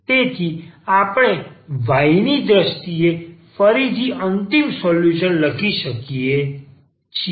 તેથી આપણે y ની દ્રષ્ટિએ ફરીથી અંતિમ સોલ્યુશન લખી શકીએ છીએ